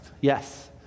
Yes